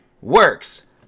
works